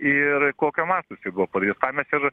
ir kokio mąsto jisai buvo padarytas ką mes ir